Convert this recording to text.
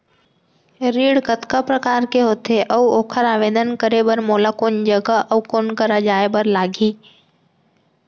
ऋण कतका प्रकार के होथे अऊ ओखर आवेदन करे बर मोला कोन जगह अऊ कोन करा जाए बर लागही?